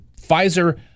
Pfizer